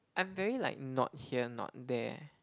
I'm very like not here not there